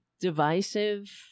divisive